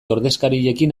ordezkarirekin